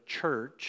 church